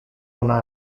una